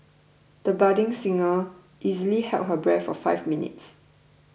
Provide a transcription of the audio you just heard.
the budding singer easily held her breath for five minutes